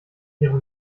ihrem